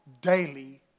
daily